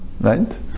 Right